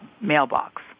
mailbox